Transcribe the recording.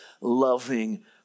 loving